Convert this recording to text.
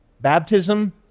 baptism